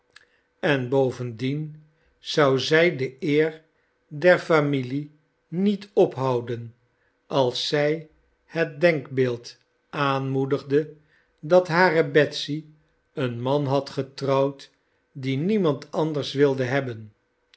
en bovendien zou zij de eer der familie niet ophouden als zij het denkbeeld aanmoedigde dat hare betsy een man had getrouwd dien niemand anders wilde hebben